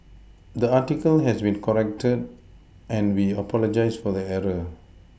the article has been corrected and we apologise for the error